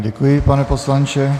Děkuji vám, pane poslanče.